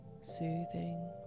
soothing